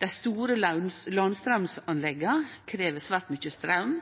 Dei store landstraumanlegga krev svært mykje straum.